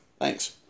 thanks